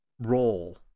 role